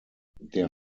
der